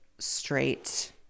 straight